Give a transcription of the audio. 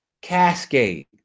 cascade